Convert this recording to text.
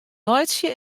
laitsje